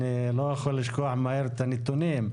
אני לא יכול לשכוח מהר את הנתונים.